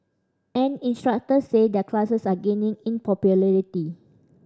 and instructors say their classes are gaining in popularity